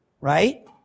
right